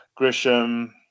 Grisham